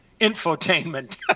Infotainment